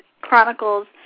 chronicles